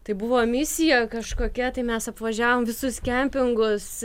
tai buvo misija kažkokia tai mes apvažiavom visus kempingus